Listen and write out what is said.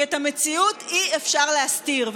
כי את המציאות אי-אפשר להסתיר,